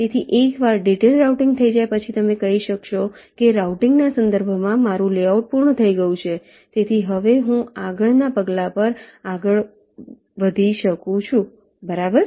તેથી એકવાર detailed routing થઈ જાય પછી તમે કહી શકો કે રાઉટીંગ ના સંદર્ભમાં મારું લેઆઉટ પૂર્ણ થઈ ગયું છે તેથી હવે હું આગળના પગલા પર આગળ વધી શકું છું બરાબર